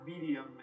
medium